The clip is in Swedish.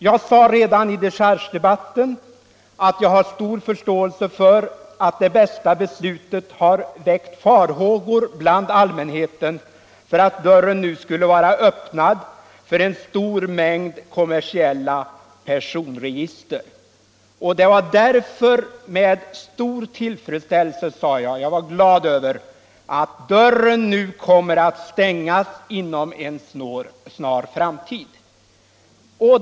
Jag sade redan i dechargedebatten att jag har stor förståelse för att Det Bästa-beslutet har väckt farhågor hos allmänheten för att dörren nu skulle vara öppnad för en stor mängd kommersiella personregister. Jag sade därför att det var med stor tillfredsställelse som jag såg att dörren skulle komma att stängas inom en snar framtid.